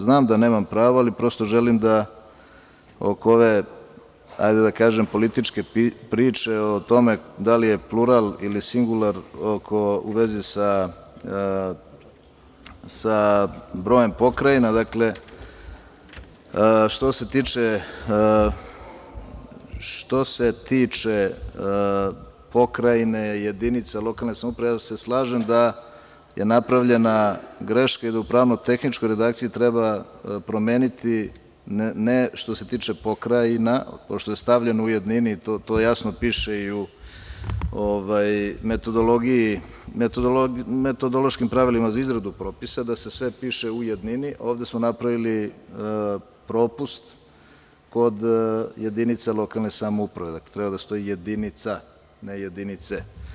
Znam da nemam pravo, ali prosto želim da oko ove političke priče o tome da li je plural ili singular u vezi sa brojem pokrajina, što se tiče pokrajine, jedinice lokalne samouprave, ja se slažem da je napravljena greška i da u pravno-tehničkoj redakciji treba promeniti, ne što se tiče „pokrajina“, što je stavljeno u jednini, to jasno piše u metodološkim pravilima za izradu propisa, da se sve piše u jednini, ali smo mi ovde napravili propust kod jedinica lokalne samouprave, gde treba da stoji – jedinica, a ne – jedinice.